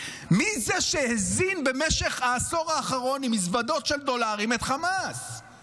מי זה שהזין את חמאס עם מזוודות של דולרים במשך העשור האחרון?